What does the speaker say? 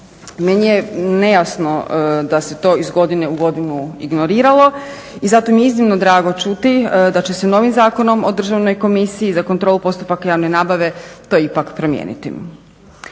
Meni je nejasno da se to iz godine u godinu ignoriralo i zato mi je iznimno drago čuti da će se novim Zakonom o Državnoj komisiji za kontrolu postupaka javne nabave to ipak promijeniti.